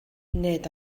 nid